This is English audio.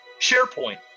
SharePoint